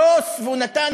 אבל מה זה?